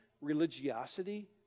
religiosity